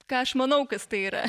ką aš manau kas tai yra